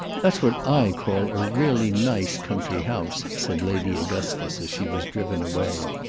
that's what i call a really nice country house, said lady augustus as she was driven away.